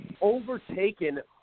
overtaken